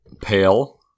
Pale